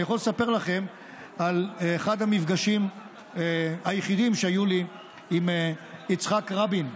אני יכול לספר לכם על אחד המפגשים היחידים שהיו לי עם יצחק רבין.